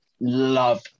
love